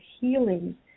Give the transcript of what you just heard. healing